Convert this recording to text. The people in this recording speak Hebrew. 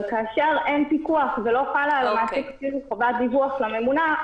אבל כאשר אין פיקוח ולא חלה על המעסיק אפילו חובת דיווח לממונה,